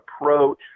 approach